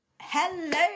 Hello